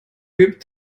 gibt